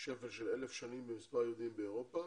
שפל של אלף שנים במספר היהודים באירופה,